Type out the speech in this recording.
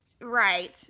Right